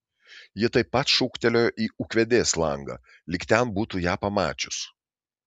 ji taip pat šūktelėjo į ūkvedės langą lyg ten būtų ją pamačius